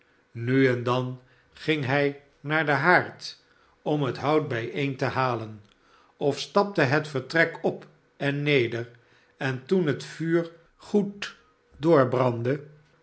nu en dan ging hij naar den haard om het hout bijeen te halen of stapte het vertrek op en neder en toen het vuur goed